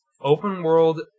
open-world